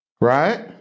right